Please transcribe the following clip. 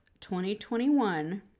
2021